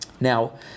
Now